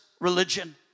religion